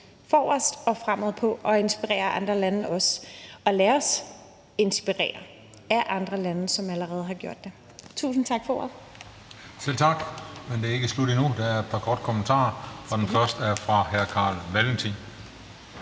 forrest og fremad på og også inspirere andre lande og lade os inspirere af andre lande, som allerede har gjort det. Tusind tak for ordet. Kl. 20:39 Den fg. formand (Christian Juhl): Selv tak. Men det er ikke slut endnu. Der er et par korte bemærkninger, og den første er fra hr. Carl Valentin.